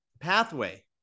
pathway